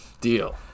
Deal